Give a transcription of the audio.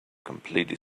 completely